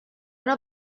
una